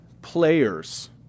players